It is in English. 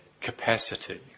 capacity